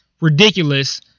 ridiculous